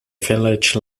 village